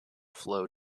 flow